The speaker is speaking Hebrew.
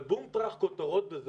אבל בום טראח כותרות, וזהו.